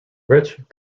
rich